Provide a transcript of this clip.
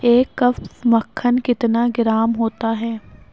ایک کپ مکھن کتنا گرام ہوتا ہے